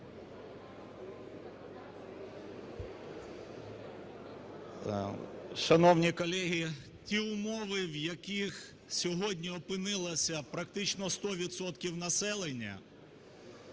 Шановні колеги, ті умови, в яких сьогодні опинилося практично сто відсотків населення,